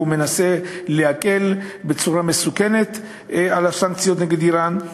שהוא מנסה להקל בצורה מסוכנת את הסנקציות נגד איראן.